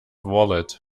wallet